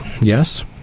Yes